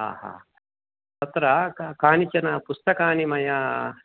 आ हा अत्र कानिचन पुस्तकानि मया